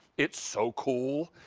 it's so cool.